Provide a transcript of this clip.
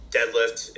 Deadlift